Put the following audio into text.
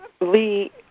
Lee